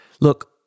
look